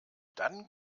dann